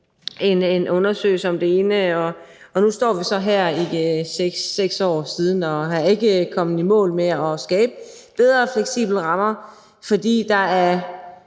en undersøgelse om det ene og det andet, og nu står vi så her 6 år senere og er ikke kommet i mål med at skabe bedre og mere fleksible rammer, fordi der